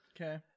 Okay